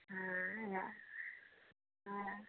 हँ उएह हँ